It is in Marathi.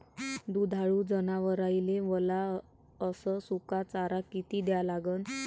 दुधाळू जनावराइले वला अस सुका चारा किती द्या लागन?